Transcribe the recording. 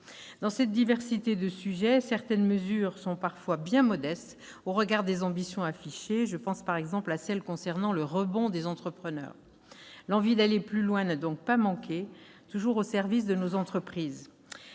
Dans cette diversité de sujets, certaines mesures sont parfois bien modestes au regard des ambitions affichées : je pense, par exemple, à celles qui concernent le rebond des entrepreneurs. L'envie d'aller plus loin n'a donc pas manqué, toujours au service de nos entreprises.